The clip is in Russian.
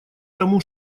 тому